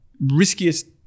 riskiest